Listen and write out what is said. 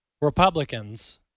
Republicans